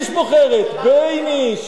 בייניש בוחרת, בייניש,